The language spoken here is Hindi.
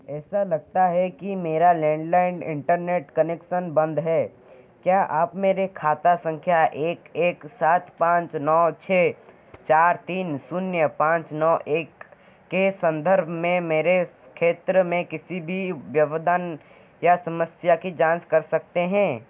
ऐसा लगता है कि मेरा लैंडलाइन इंटरनेट कनेक्सन बंद है क्या आप मेरे खाता संख्या एक एक सात पाँच नौ छः चार तीन शून्य पाँच नौ एक के संदर्भ में मेरे क्षेत्र में किसी भी व्यवधान या समस्या की जाँच कर सकते हैं